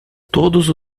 todos